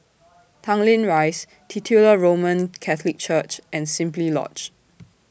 Tanglin Rise Titular Roman Catholic Church and Simply Lodge